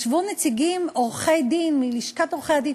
ישבו נציגים, עורכי-דין מלשכת עורכי-הדין.